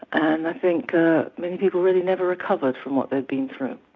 and i think many people really never recovered from what they'd been through.